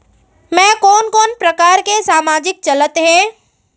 मैं कोन कोन प्रकार के सामाजिक चलत हे?